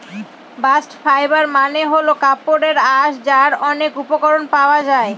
bast fibre মানে হল কাপড়ের আঁশ যার অনেক উপকরণ পাওয়া যায়